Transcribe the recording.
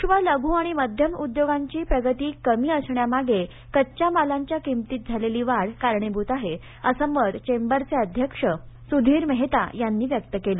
सूक्ष्म लघू आणि मध्यम उद्योगांची प्रगती कमी असण्यामागे कच्च्या मालांच्या किंमतीत झालेली वाढ कारणीभूत आहे असं मत चेंबरचे अध्यक्ष सुधीर मेहता यांनी व्यक्त केलं